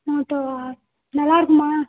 மோட்டோவா நல்லா இருக்குமா